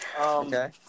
Okay